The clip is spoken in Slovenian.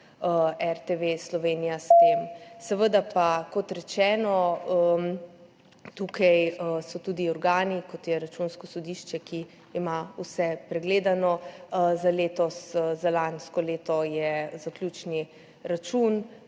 RTV Slovenija. Seveda pa, kot rečeno, tukaj so tudi organi, kot je Računsko sodišče, ki ima vse pregledano za letos, za lansko leto je bil oddan zaključni račun,